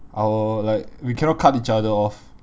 our like we cannot cut each other off